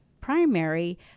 primary